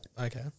Okay